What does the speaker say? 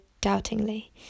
doubtingly